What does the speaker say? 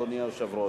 אדוני היושב-ראש,